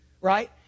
right